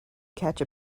catch